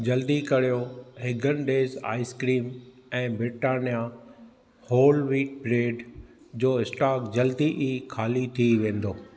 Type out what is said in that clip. जल्दी करियो Haagen Dazs ice क्रीमु ऐं ब्रिटानिया होल वीट ब्रेड जो स्टोकु जल्दु ई ख़ाली थी वेंदो